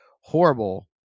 horrible